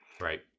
right